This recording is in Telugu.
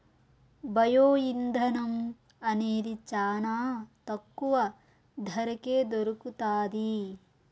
బయో ఇంధనం అనేది చానా తక్కువ ధరకే దొరుకుతాది